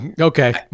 Okay